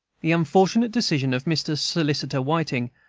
the unfortunate decision of mr. solicitor whiting,